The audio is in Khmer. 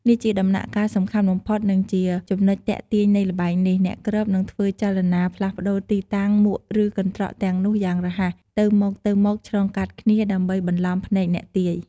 នេះជាដំណាក់កាលសំខាន់បំផុត និងជាចំណុចទាក់ទាញនៃល្បែងនេះ អ្នកគ្របនឹងធ្វើចលនា ផ្លាស់ប្ដូរទីតាំងមួកឬកន្ត្រកទាំងនោះយ៉ាងរហ័ស ទៅមកៗឆ្លងកាត់គ្នា ដើម្បីបន្លំភ្នែកអ្នកទាយ។